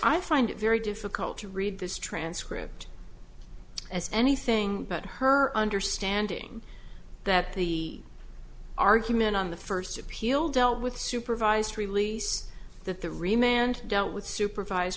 i find it very difficult to read this transcript as anything but her understanding that the argument on the first appeal dealt with supervised release that the remained dealt with supervised